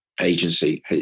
Agency